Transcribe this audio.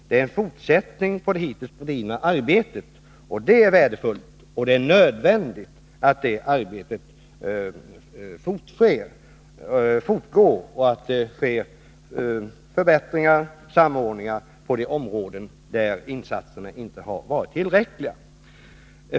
De är en fortsättning narkotikamissbrupå det hittills bedrivna arbetet. Det är värdefullt och nödvändigt att arbetet — ker fortgår och att det sker förbättringar och samordningar på de områden där insatserna inte har varit tillräckliga.